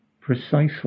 precisely